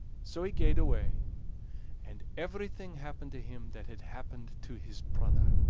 so he gaed away and everything happened to him that had happened to his brother!